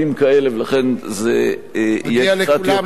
ולכן זה יהיה קצת יותר ארוך,